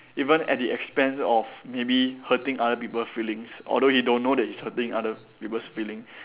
even at the expense of maybe hurting other people feelings although he don't know that he's hurting other people's feeling